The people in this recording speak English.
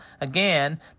Again